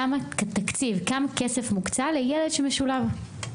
כמה תקציב, כמה כסף מוקצה לילד שמשולב?